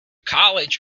college